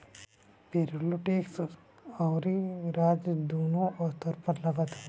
payroll tax देस अउरी राज्य दूनो स्तर पर लागत हवे